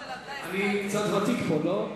אני קצת ותיק פה, לא?